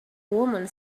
women